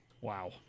Wow